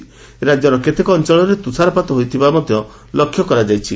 ରାକ୍ୟର କେତେକ ଅଞ୍ଞଳରେ ତୁଷାରପାତ ହୋଇଥିବାର ମଧ ଲକ୍ଷ୍ୟ କରାଯାଇଛି